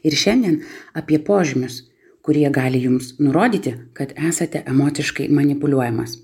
ir šiandien apie požymius kurie gali jums nurodyti kad esate emociškai manipuliuojamas